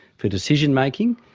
for decision-making,